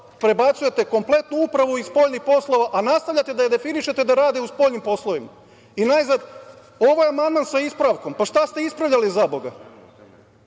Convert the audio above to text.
prebacujete kompletnu upravu iz spoljnih poslova, a nastavljate da je definišete da rade u spoljnim poslovima. Najzad, ovo je amandman sa ispravkom. Šta ste ispravljali, zaboga?